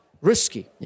risky